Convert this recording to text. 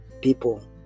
people